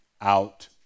out